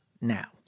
now